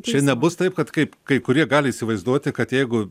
čia nebus taip kad kaip kai kurie gali įsivaizduoti kad jeigu